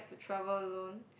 to travel alone